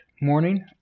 morning